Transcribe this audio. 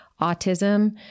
autism